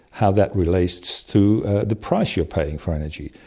how that relates to the price you're paying for energy.